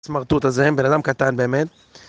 הסמרטוט הזה, בן אדם קטן באמת